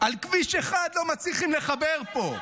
על כביש 1 לא מצליחים לחבר פה.